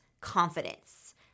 confidence